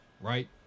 right